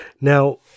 Now